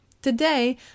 Today